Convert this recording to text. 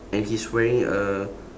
and he is wearing a